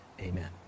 Amen